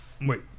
wait